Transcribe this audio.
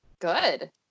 Good